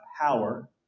power